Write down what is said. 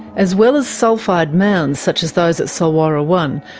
as well as sulphide mounds, such as those at solwara one,